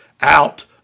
out